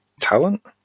talent